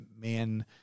man